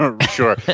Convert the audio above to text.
Sure